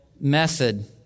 method